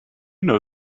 know